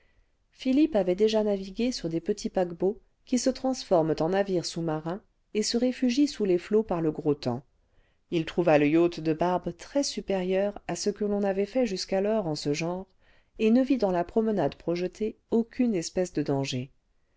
philippe avait déjà navigué sur des petits paquebots qui se transforexplorations transforexplorations us marin es ment en navires sous-marins et se réfugient sous les flots par le gros temps il trouva le yacht de barbe très supérieur à ce que l'on avait fait jusqu'alors en ce genre et ne vit dans la promenade projetée aucune espèce de danger